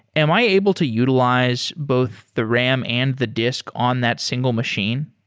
am i able to utilize both the ram and the disk on that single machine?